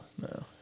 no